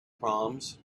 proms